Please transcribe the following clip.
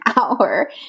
hour